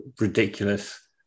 ridiculous